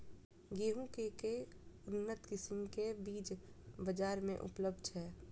गेंहूँ केँ के उन्नत किसिम केँ बीज बजार मे उपलब्ध छैय?